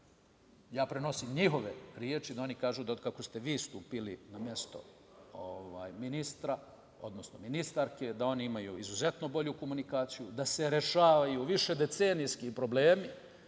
ja prenosim njihove reči, a oni kažu da otkako ste vi stupili na mesto ministra, odnosno ministarke, da oni imaju izuzetno bolju komunikaciju, da se rešavaju višedecenijski problemi.